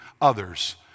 others